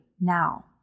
now